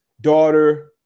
daughter